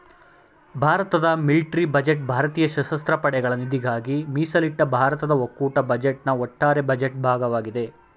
ಭಾರತದ military budget ಭಾರತೀಯ ಸಶಸ್ತ್ರ ಪಡೆಗಳ ನಿಧಿಗಾಗಿ ಮೀಸಲಿಟ್ಟ ಭಾರತದ ಒಕ್ಕೂಟ ಬಜೆಟ್ನ ಒಟ್ಟಾರೆ ಬಜೆಟ್ ಭಾಗವಾಗಿದೆ